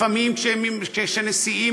לפעמים כשנשיאים,